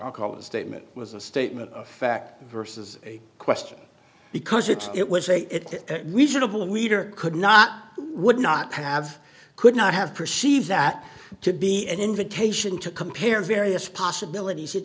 i'll call a statement was a statement of fact versus a question because it it was a reasonable reader could not would not have could not have perceived that to be an invitation to compare various possibilities i